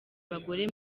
bagore